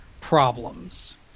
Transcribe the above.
problems